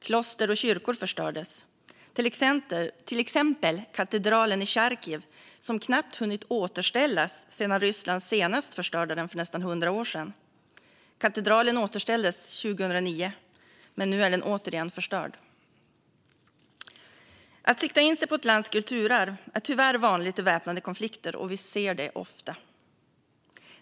Kloster och kyrkor förstördes också, till exempel katedralen i Charkiv, som knappt hunnit återställas sedan Ryssland senast förstörde den för nästan 100 år sedan. Katedralen återställdes 2009, men nu är den återigen förstörd. Att sikta in sig på ett lands kulturarv är tyvärr vanligt i väpnande konflikter, och vi ser det ofta.